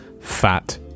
fat